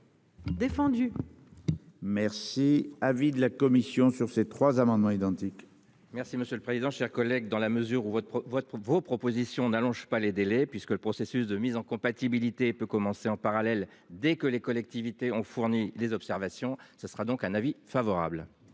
Défendu. Merci. Avis de la commission sur ces trois amendements identiques. Merci monsieur le président. Chers collègues, dans la mesure où votre votre pour vos propositions n'allonge pas les délais puisque le processus de mise en compatibilité peut commencer en parallèle. Dès que les collectivités ont fourni des observations, ce sera donc un avis favorable.